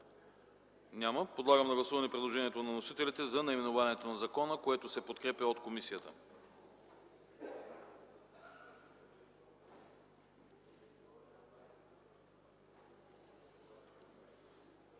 Няма. Подлагам на гласуване предложението на вносителите за наименованието на закона, което се подкрепя от комисията.